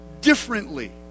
differently